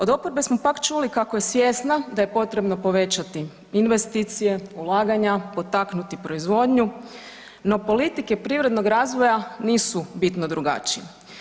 Od oporbe smo pak čuli kako je svjesna da je potrebno povećati investicije, ulaganja, potaknuti proizvodnju, no politike privrednog razvoja nisu bitno drugačije.